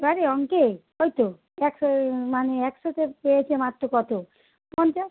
এবারে অঙ্কে ওই তো একশো মানে একশোতে পেয়েছে মাত্র কতো পঞ্চাশ